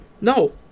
No